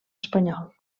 espanyol